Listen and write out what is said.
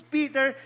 Peter